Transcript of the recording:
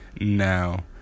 Now